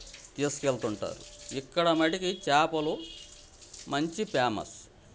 తీసుకెళ్తుంటారు ఇక్కడ మటికి చాపలు మంచి ఫేమస్